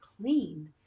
clean